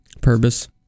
Purpose